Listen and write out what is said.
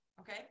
okay